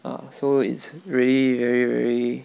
ah so it's really very very